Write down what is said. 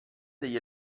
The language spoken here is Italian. degli